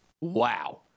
Wow